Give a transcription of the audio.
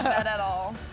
at at all.